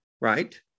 right